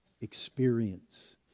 Experience